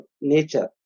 nature